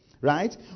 Right